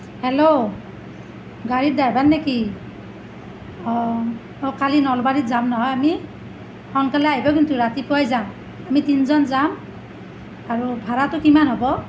hello গাড়ীৰ driver নেকি অ অ কালি নলবাৰীত যাম নহয় আমি সোনকালে আহিবা কিন্তু ৰাতিপুৱাই যাম আমি তিনিজন যাম আৰু ভাড়াটো কিমান হ'ব